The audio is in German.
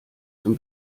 zum